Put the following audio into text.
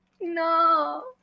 No